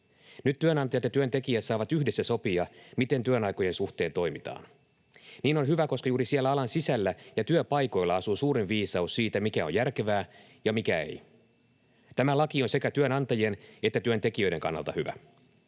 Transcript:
Nyt työnantajat ja työntekijät saavat yhdessä sopia, miten työaikojen suhteen toimitaan. Niin on hyvä, koska juuri siellä alan sisällä ja työpaikoilla asuu suurin viisaus siitä, mikä on järkevää ja mikä ei. Tämä laki on sekä työnantajien että työntekijöiden kannalta hyvä.